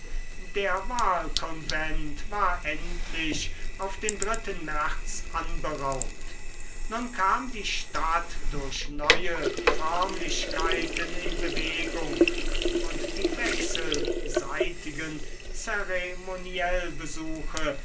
der wahlkonvent war endlich auf den märz anberaumt nun kam die stadt durch neue förmlichkeiten in bewegung und die wechselseitigen